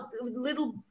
little